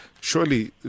Surely